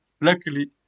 Luckily